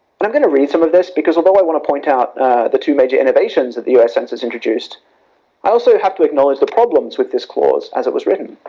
but read some of this because although i want to point out the two major innovations of the u s. census introduced i also have to acknowledge the problems with this clause as it was written.